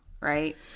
right